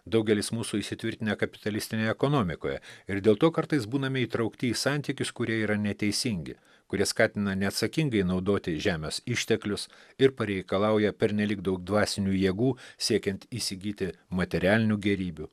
daugelis mūsų įsitvirtinę kapitalistinėje ekonomikoje ir dėl to kartais būname įtraukti į santykius kurie yra neteisingi kurie skatina neatsakingai naudoti žemės išteklius ir pareikalauja pernelyg daug dvasinių jėgų siekiant įsigyti materialinių gėrybių